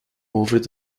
over